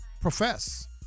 profess